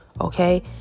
okay